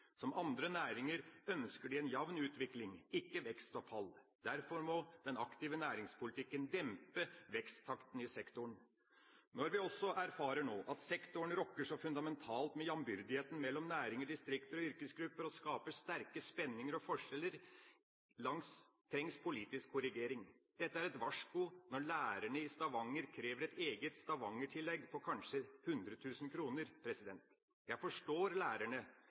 Som andre næringer ønsker de en jamn utvikling, ikke vekst og fall. Derfor må den aktive næringspolitikken dempe veksttaktene i sektoren. Når vi også erfarer at sektoren rokker så fundamentalt med jambyrdigheten mellom næringer, distrikter og yrkesgrupper og skaper sterke spenninger og forskjeller, trengs politisk korrigering. Det er et varsku når lærerne i Stavanger krever et eget Stavanger-tillegg på kanskje 100 000 kr. Jeg forstår lærerne,